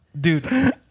Dude